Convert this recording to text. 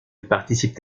participe